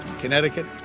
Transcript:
Connecticut